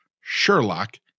Sherlock